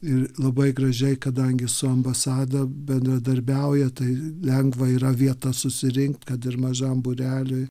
ir labai gražiai kadangi su ambasada bendradarbiauja tai lengva yra vieta susirinkt kad ir mažam būreliui